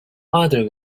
other